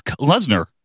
Lesnar